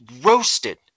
roasted